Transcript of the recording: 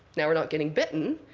now we're not getting bitten.